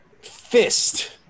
Fist